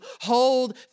hold